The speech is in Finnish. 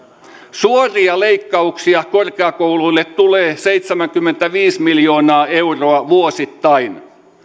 suoria leikkauksia korkeakouluille tulee seitsemänkymmentäviisi miljoonaa euroa vuosittain